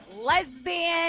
lesbian